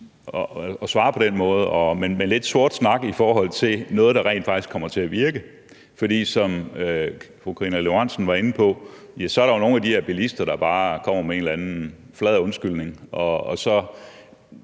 at svare på den måde, altså med lidt sort snak i forhold til noget, der rent faktisk kommer til at virke. For som fru Karina Lorenzen Dehnhardt var inde på, ja, så er der nogle af de her bilister, der bare kommer med en eller anden flad undskyldning, og så